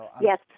Yes